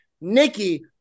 Nikki